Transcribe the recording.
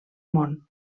món